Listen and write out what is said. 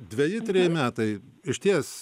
dveji treji metai išties